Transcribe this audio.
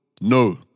no